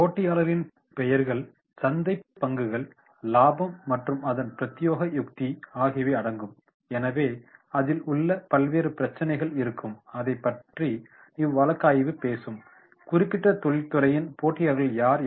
போட்டியாளர்களின் பெயர்கள் சந்தைப் பங்குகள் லாபம் மற்றும் அதன் பிரத்யேக யுக்தி ஆகியவை அடங்கும் எனவே அதில் உள்ள பல்வேறு பிரச்சினைகள் இருக்கும் அதை பற்றி இவ்வழக்காய்வு பேசும் குறிப்பிட்ட தொழில்துறையின் போட்டியாளர்கள் யார்